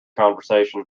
conversation